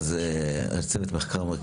צוות מחקר,